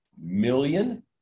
million